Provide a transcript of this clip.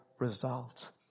Result